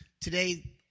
Today